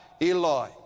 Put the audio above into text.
Eloi